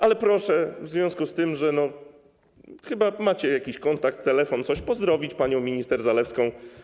Ale proszę w związku z tym, że chyba macie jakiś kontakt, telefon, pozdrowić panią minister Zalewską.